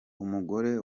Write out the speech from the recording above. umugore